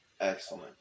Excellent